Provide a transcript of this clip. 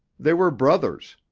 they were brothers.